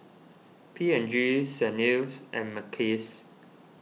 P and G Saint Ives and Mackays